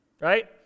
right